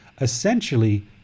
Essentially